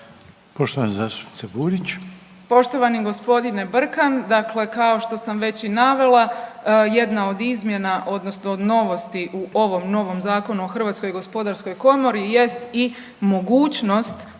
Poštovana zastupnice Burić.